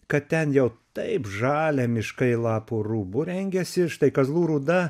kad ten jau taip žalia miškai lapų rūbu rengiasi štai kazlų rūda